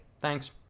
Thanks